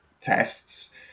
tests